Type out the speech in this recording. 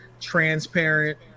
transparent